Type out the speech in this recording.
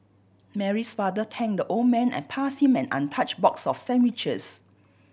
Mary's father thanked the old man and passed him an untouched box of sandwiches